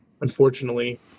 unfortunately